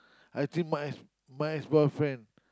I think my mine is mine is boyfriend